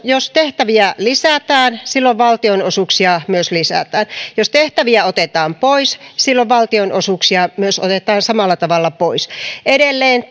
jos tehtäviä lisätään silloin valtionosuuksia myös lisätään jos tehtäviä otetaan pois silloin valtionosuuksia myös otetaan samalla tavalla pois edelleen